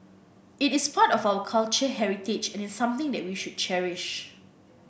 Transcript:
it is part of our culture heritage and is something that we should cherish